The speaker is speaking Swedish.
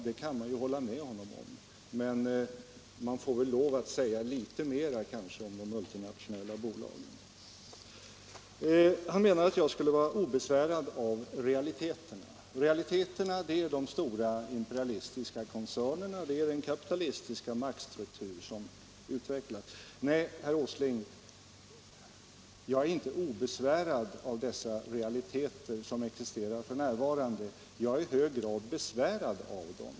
Det kan man hålla med om, men man får kanske säga litet mer om de multinationella bolagen. Herr Åsling menar att jag skulle vara obesvärad av realiteterna. Realiteterna är de stora imperialistiska koncernerna, de är den kapitalistiska maktstruktur som utvecklas. Nej, herr Åsling, jag är inte obesvärad av dessa realiteter — jag är besvärad av dem.